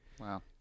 Wow